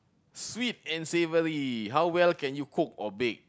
sweet and savoury how well can you cook or bake